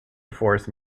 force